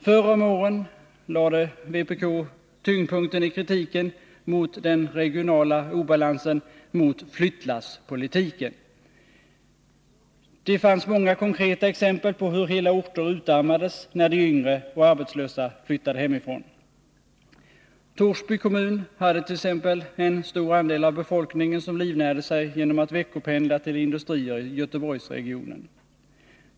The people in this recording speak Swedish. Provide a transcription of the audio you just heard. Förr om åren riktade vpk tyngdpunkten i kritiken mot den regionala obalansen, mot flyttlasspolitiken. Det fanns många konkreta exempel på hur hela orter utarmades när de yngre och arbetslösa flyttade hemifrån. I Torsby kommun t.ex. livnärde sig en stor andel av befolkningen genom att veckopendla till industrier i Göteborgsregionen.